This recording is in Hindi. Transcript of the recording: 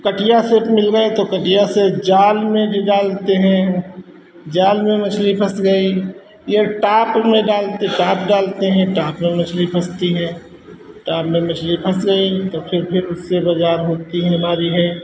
कटिया से तो मिल गई तो कटिया से जाल में भी डालते हैं जाल में मछली फँस गई यह टॉप में टाप डालते हैं टाप में मछली फँसती है टाप में मछली फँस गई तो फिर भी उससे बाज़ार होती हमारी है